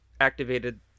activated